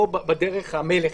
או בדרך המלך,